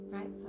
Right